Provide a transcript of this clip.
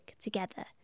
together